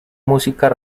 músicas